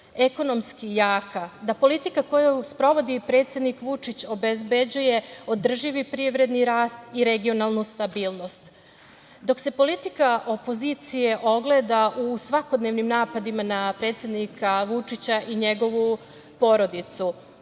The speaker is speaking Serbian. Ekonomski jaka, da politika koju sprovodi predsednik Vučić obezbeđuje održivi privredni rast i regionalnu stabilnost, dok se politika opozicije ogleda u svakodnevnim napadima na predsednika Vučića i njegovu porodicu. Kao